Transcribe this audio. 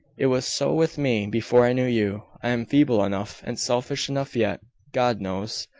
it was so with me before i knew you. i am feeble enough, and selfish enough yet, god knows!